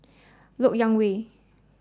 Lok Yang Way